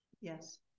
Yes